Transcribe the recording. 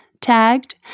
tagged